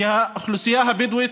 כי האוכלוסייה הבדואית,